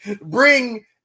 bring